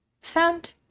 sound